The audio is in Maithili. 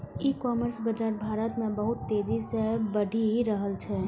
ई कॉमर्स बाजार भारत मे बहुत तेजी से बढ़ि रहल छै